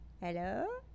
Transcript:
Hello